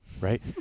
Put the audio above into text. right